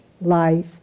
life